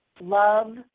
love